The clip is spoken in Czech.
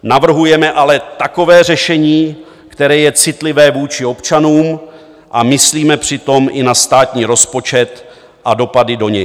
Navrhujeme ale takové řešení, které je citlivé vůči občanům, a myslíme přitom i na státní rozpočet a dopady do něj.